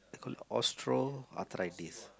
they call it ostro arthritis